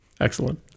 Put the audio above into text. Excellent